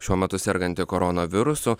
šiuo metu serganti koronavirusu